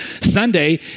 Sunday